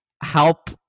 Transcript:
help